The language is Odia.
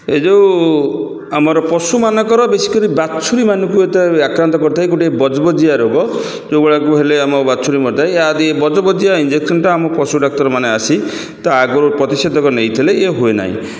ଏ ଯେଉଁ ଆମର ପଶୁମାନଙ୍କର ବେଶୀ କରି ବାଛୁରୀମାନଙ୍କୁ ଏତେ ଆକ୍ରାନ୍ତ କରିଥାଏ ଗୋଟିଏ ବଜବଜିଆ ରୋଗ ଯେଉଁଭଳିଆକୁ ହେଲେ ଆମ ବାଛୁରୀ ମରିଥାଏ ୟା ଯଦିଦି ବଜବଜିଆ ଇଞ୍ଜେକ୍ସନ୍ଟା ଆମ ପଶୁ ଡାକ୍ତରମାନେ ଆସି ତା ଆଗରୁ ପ୍ରତିଷେଧକ ନେଇଥିଲେ ଇଏ ହୁଏ ନାହିଁ